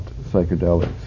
psychedelics